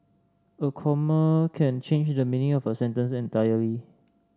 a comma can change the meaning of a sentence entirely